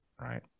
Right